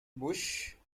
bush